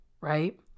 right